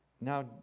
now